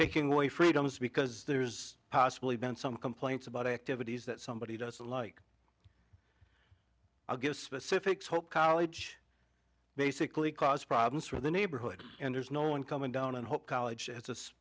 taking away freedoms because there's possibly been some complaints about activities that somebody doesn't like i'll give specifics hope college basically cause problems for the neighborhood and there's no one coming down and hope college as this